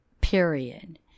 period